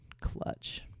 Clutch